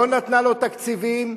לא נתנה לו תקציבים,